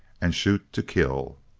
and shoot to kill.